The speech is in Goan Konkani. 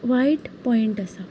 वायट पोयंट आसा